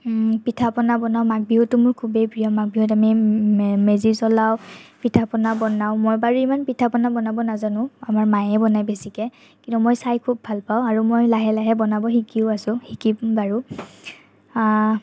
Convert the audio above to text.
পিঠা পনা বনাওঁ মাঘবিহুটো মোৰ খুবেই প্ৰিয় মাঘবিহুত আমি মেজি জ্বলাওঁ পিঠা পনা বনাওঁ মই বাৰু ইমান পিঠা পনা বনাব নাজানো আমাৰ মায়ে বনায় বেছিকৈ কিন্তু মই চাই খুব ভাল পাওঁ আৰু মই লাহে লাহে বনাব শিকিও আছোঁ শিকিম বাৰু